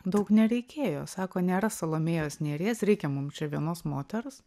daug nereikėjo sako nėra salomėjos nėries reikia mum čia vienos moters